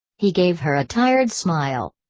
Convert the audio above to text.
he gave her a tired smile.